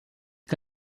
que